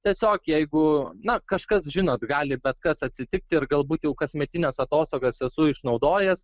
tiesiog jeigu na kažkas žinot gali bet kas atsitikti ir galbūt jau kasmetines atostogas esu išnaudojęs